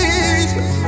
Jesus